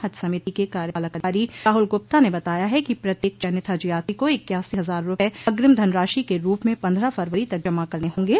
हज समिति के कार्यपालक अधिकारी राहुल गुप्ता ने बताया है कि प्रत्येक चयनित हज यात्री को इक्यासी हजार रूपये अग्रिम धनराशि के रूप में पन्द्रह फरवरी तक जमा करने होंगे